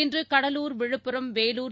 இன்றுகடலூர் விழுப்புரம் வேலூர்